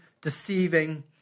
deceiving